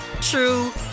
true